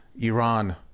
Iran